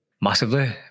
Massively